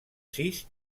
sis